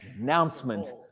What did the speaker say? Announcement